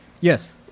Yes